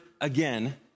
again